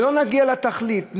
ולא נגיע לתכלית,